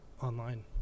online